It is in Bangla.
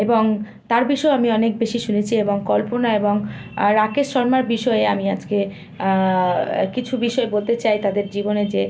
এবং তার বিষয়ে আমি অনেক বেশি শুনেছি এবং কল্পনা এবং রাকেশ শর্মার বিষয়ে আমি আজকে কিছু বিষয়ে বলতে চাই তাদের জীবনে যে